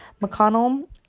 McConnell